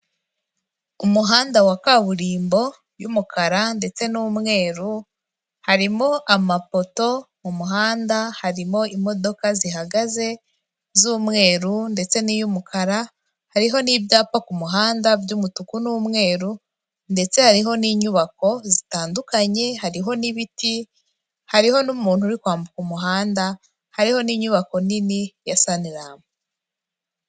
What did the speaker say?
Umuhanda wa kaburimbo y'umukara ndetse n'umweru, harimo amapoto, mu muhanda harimo imodoka zihagaze z'umweru ndetse n'iy'umukara, hariho n'ibyapa kumuhanda by'umutuku n'umweru, ndetse hariho n'inyubako zitandukanye hariho n'ibiti, hariho n'umuntu uri kwambuka umuhanda, hariho n'inyubako nini ya saniramu.